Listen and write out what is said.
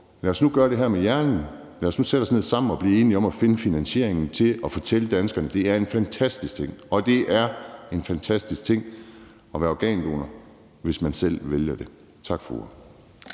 Lad os nu gøre det her med hjernen; lad os nu sætte os ned sammen og blive enige om at finde finansieringen til at fortælle danskerne, at det er en fantastisk ting. Og det er en fantastisk ting at være organdonor, hvis man selv vælger det. Tak for